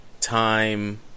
time